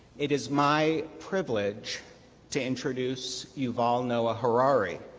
it is my privilege to introduce yuval noah harari,